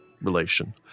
Relation